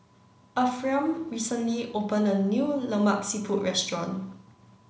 Ephriam recently opened a new Lemak Siput Restaurant